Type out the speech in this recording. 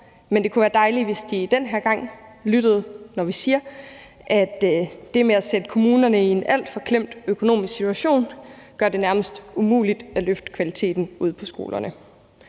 men det kunne være dejligt, hvis de den her gang lyttede, når vi siger, at det med at sætte kommunerne i en alt for klemt økonomisk situation gør det nærmest umuligt at løfte kvaliteten ude på skolerne.